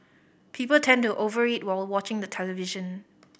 people tend to over eat while watching the television